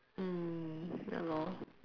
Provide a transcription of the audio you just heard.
mm ya lor